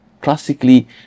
classically